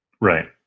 Right